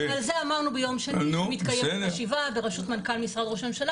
על זה אמרנו ביום שני שמתקיימת בראשות מנכ"ל משרד ראש הממשלה,